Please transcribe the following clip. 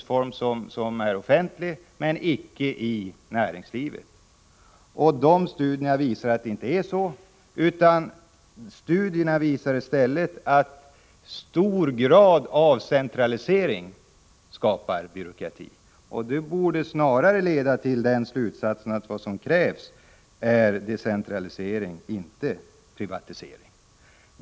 Studierna visar att associationsformen inte avgör. Det är i stället graden av centralisering som skapar byråkrati, dvs. centralstyrd organisation främjar byråkrati, oavsett om det gäller det privata näringslivet eller offentlig verksamhet. Detta borde snarare leda till slutsatsen att det krävs decentralisering, inte privatisering.